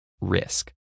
risk